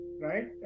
right